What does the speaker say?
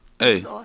Hey